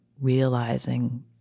realizing